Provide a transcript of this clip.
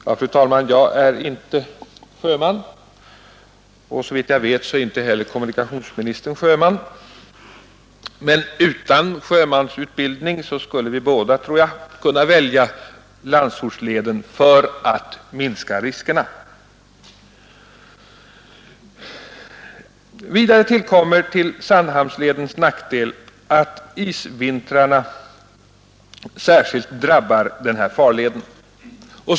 Ja, fru talman, jag är inte sjöman, och såvitt jag vet är inte heller kommunikationsministern sjöman, men utan sjömansutbildning skulle vi båda, tror jag, kunna välja Landsortsleden för att minska riskerna. Vidare tillkommer till Sandhamnsledens nackdel att isvintrarna drabbar den farleden särskilt hårt.